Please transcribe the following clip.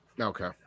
Okay